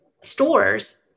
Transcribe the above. stores